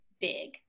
big